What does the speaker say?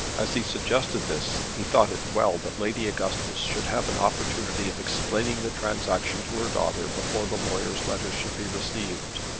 as he suggested this he thought it well that lady augustus should have an opportunity of explaining the transaction to her daughter before the lawyer's letter should be received.